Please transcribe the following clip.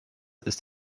ist